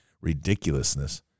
ridiculousness